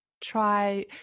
try